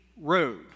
road